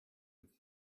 within